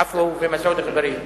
עפו ומסעוד גנאים,